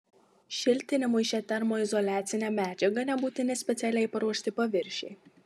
šiltinimui šia termoizoliacine medžiaga nebūtini specialiai paruošti paviršiai